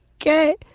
okay